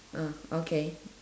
ah okay